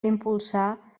impulsar